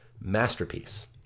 masterpiece